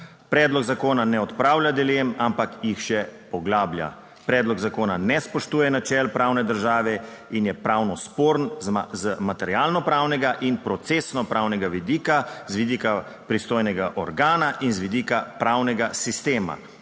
"Predlog zakona ne odpravlja dilem, ampak jih še poglablja. Predlog zakona ne spoštuje načel pravne države in je pravno sporen z materialno pravnega in procesno pravnega vidika, z vidika pristojnega organa in z vidika pravnega sistema.